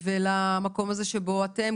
ולמקום הזה שבו אתם,